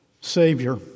Savior